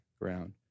ground